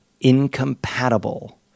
incompatible